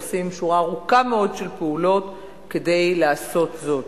ועושים שורה ארוכה מאוד של פעולות כדי לעשות זאת.